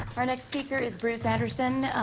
our next speaker is bruce anderson.